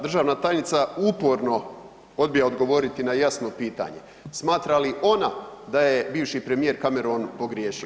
Državna tajnica uporno odbija odgovoriti na jasno pitanje, smatra li ona da je bivši premijer Cameron pogriješio.